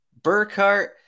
Burkhart